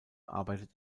arbeitet